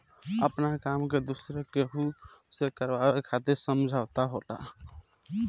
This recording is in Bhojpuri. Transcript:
आपना काम के दोसरा केहू से करावे खातिर समझौता होला